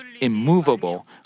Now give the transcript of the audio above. immovable